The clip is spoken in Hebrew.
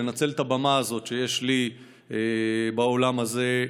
לנצל את הבמה הזאת שיש לי בעולם הזה,